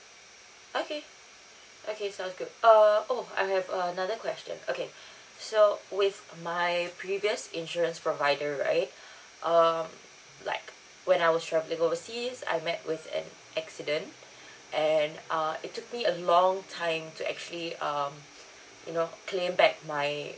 okay okay sounds good err oh I have another question okay so with my previous insurance provider right um like when I was travelling overseas I met with an accident and uh it took me a long time to actually um you know claim back my